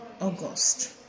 August